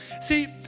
See